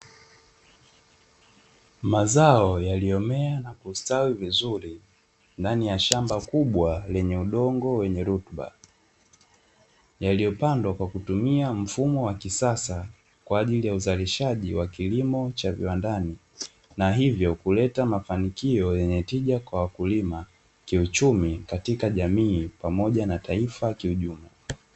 Mazao yaliyomea na kustawi vizuri ndani ya shamba kubwa lenye udongo wenye rutuba, yaliopandwa kwa kutumia mfumo wa kisasa kwaajili ya uzalishaji wa kilimo wa viwandani na hivyo kuleta mafanikio yenye tija kwa wakulima kiuchumi katika jamii pamoja na taifa kijumla.